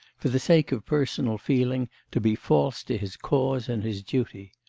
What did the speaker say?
for the sake of personal feeling, to be false to his cause and his duty.